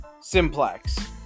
simplex